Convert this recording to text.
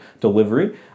delivery